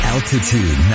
Altitude